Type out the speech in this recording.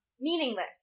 meaningless